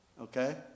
Okay